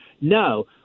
No